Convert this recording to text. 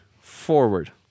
forward